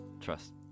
trust